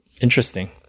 Interesting